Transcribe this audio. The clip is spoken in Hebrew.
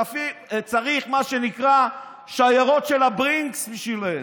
צריך מה שנקרא שיירות של הברינקס בשבילם.